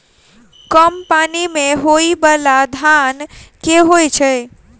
कम पानि मे होइ बाला धान केँ होइ छैय?